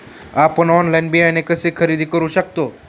आपण ऑनलाइन बियाणे कसे खरेदी करू शकतो?